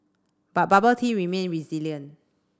but bubble tea remained resilient